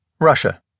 Russia